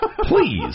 Please